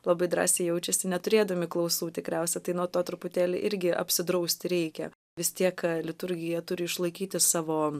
labai drąsiai jaučiasi neturėdami klausų tikriausia tai nuo to truputėlį irgi apsidrausti reikia vis tiek liturgija turi išlaikyti savo